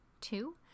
two